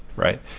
right?